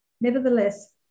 Nevertheless